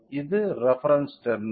இது reference terminal